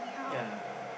ya